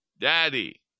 daddy